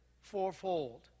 fourfold